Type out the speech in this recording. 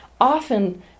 Often